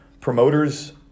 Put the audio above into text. promoters